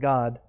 God